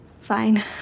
fine